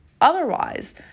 otherwise